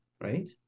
right